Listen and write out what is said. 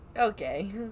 Okay